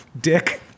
dick